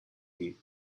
you